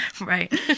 Right